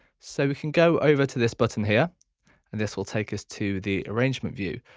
so we can go over to this button here and this will take us to the arrangement view.